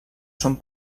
són